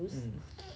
mm